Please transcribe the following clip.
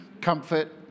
Comfort